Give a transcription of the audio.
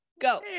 Go